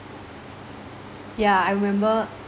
yeah I remember